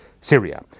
Syria